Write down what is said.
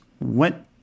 went—